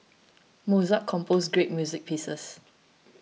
Mozart composed great music pieces